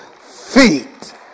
feet